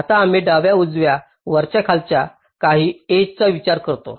आता आम्ही डाव्या उजव्या वरच्या खालच्या काही एज चा विचार करतो